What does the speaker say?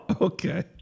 Okay